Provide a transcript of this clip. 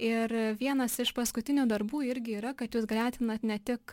ir vienas iš paskutinių darbų irgi yra kad jūs gretinat ne tik